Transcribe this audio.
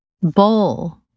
Bowl